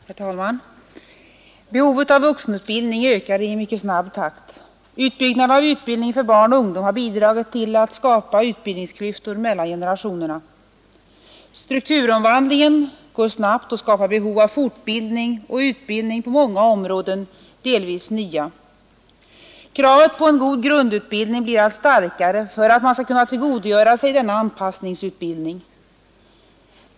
Herr talman! Behovet av vuxenutbildning ökar i mycket snabb takt. Utbyggnaden av utbildningen för barn och ungdom har bidragit till att skapa utbildningsklyftor mellan generationerna. Strukturomvandlingen går snabbt och skapar behov av fortbildning och utbildning på många områden, delvis nya. Kravet på en god grundutbildning — för att man skall kunna tillgodogöra sig denna anpassningsutbildning — blir allt starkare.